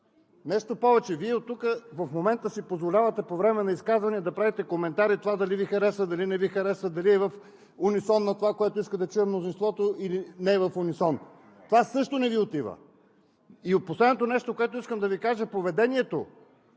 Нещо повече, в момента оттук си позволявате по време на изказвания да правите коментари – дали Ви харесва, дали не Ви харесва, дали е в унисон на това, което иска да чуе мнозинството, или не е в унисон. Това също не Ви отива! И последното нещо, което искам да Ви кажа – поведението